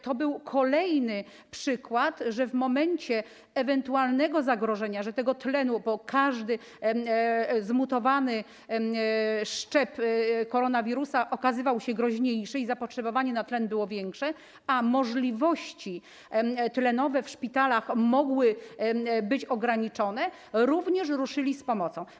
To był kolejny przykład, że w momencie ewentualnego zagrożenia brakiem tego tlenu, bo każdy zmutowany szczep koronawirusa okazywał się groźniejszy i zapotrzebowanie na tlen było większe, a możliwości tlenowe w szpitalach mogły być ograniczone, strażacy również ruszyli z pomocą.